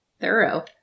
Thorough